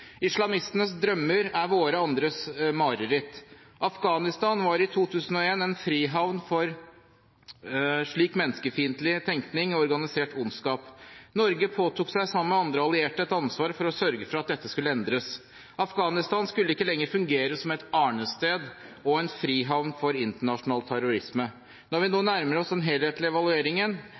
Islamistenes drømmer er våre mareritt. Afghanistan var i 2001 en frihavn for slik menneskefiendtlig tenkning og organisert ondskap. Norge påtok seg sammen med andre allierte et ansvar for å sørge for at dette skulle endres. Afghanistan skulle ikke lenger fungere som et arnested og en frihavn for internasjonal terrorisme. Når vi nå nærmer oss den helhetlige evalueringen,